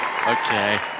Okay